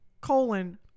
Colon